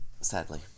sadly